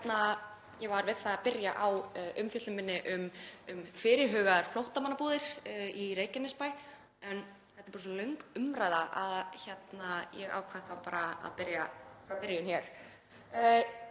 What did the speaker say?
forseti. Ég var við það að byrja á umfjöllun minni um fyrirhugaðar flóttamannabúðir í Reykjanesbæ en þetta er bara svo löng umræða að ég ákvað að byrja frá byrjun hér.